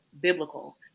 biblical